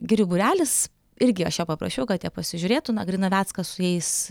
girių būrelis irgi aš jo paprašiau kad jie pasižiūrėtų na grinaveckas su jais